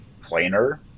planer